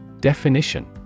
Definition